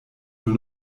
nur